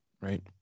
Right